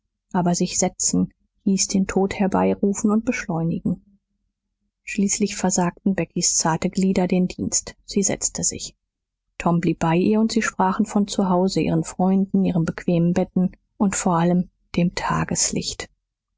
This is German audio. aber sich setzen hieß den tod herbeirufen und beschleunigen schließlich versagten beckys zarte glieder den dienst sie setzte sich tom blieb bei ihr und sie sprachen von zu hause ihren freunden ihren bequemen betten und vor allem dem tageslicht